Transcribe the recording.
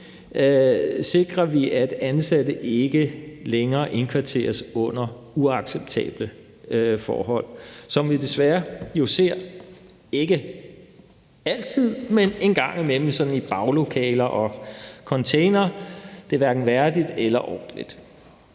sikrer vi, at ansatte ikke længere indkvarteres under uacceptable forhold. Ikke altid, men en gang imellem ser vi det jo desværre i baglokaler og containere. Det er hverken værdigt eller ordentligt.